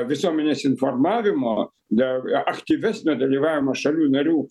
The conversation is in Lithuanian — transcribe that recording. visuomenės informavimo dar aktyvesnio dalyvavimo šalių narių